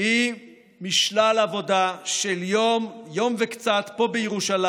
היא משלל עבודה של יום, יום וקצת, פה, בירושלים.